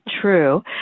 true